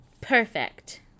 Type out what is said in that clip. perfect